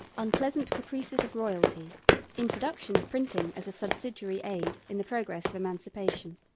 unpleasant caprices of royalty introduction of printing as a subsidiary aid in the progress of emancipation.